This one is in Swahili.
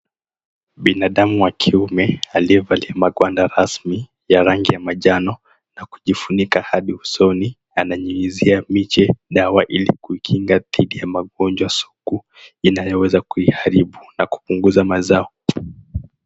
Binadamu wa kiume aliyevalia maguanda rasmi ya rangi ya manjano na kujifunika hadi usoni. Ananyunyizia miche dawa ili kuikinga dhidi ya magonjwa sugu inayoweza kuiharibu na kupunguza mazao.